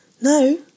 No